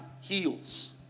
heals